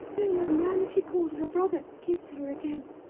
then the man she called her brother kissed her again,